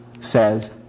says